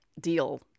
deal